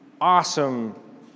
awesome